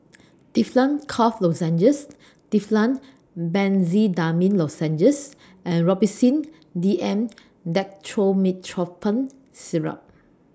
Difflam Cough Lozenges Difflam Benzydamine Lozenges and Robitussin D M Dextromethorphan Syrup